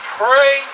pray